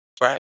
Right